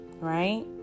Right